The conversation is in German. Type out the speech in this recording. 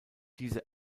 diese